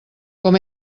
com